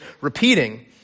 repeating